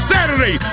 Saturday